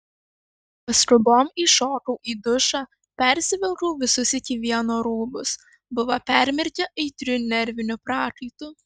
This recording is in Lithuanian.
paskubom įšokau į dušą persivilkau visus iki vieno rūbus buvo permirkę aitriu nerviniu prakaitu